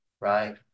right